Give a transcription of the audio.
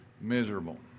Miserable